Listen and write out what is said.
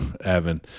Evan